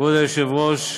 כבוד היושב-ראש,